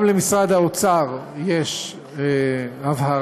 גם למשרד האוצר יש הבהרה,